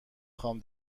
خوام